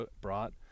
brought